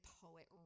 poet